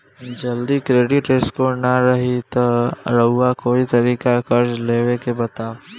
जदि credit score ना रही त आऊर कोई तरीका कर्जा लेवे के बताव?